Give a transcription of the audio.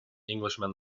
englishman